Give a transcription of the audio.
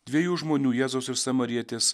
dviejų žmonių jėzaus ir samarietės